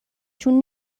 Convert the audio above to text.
چون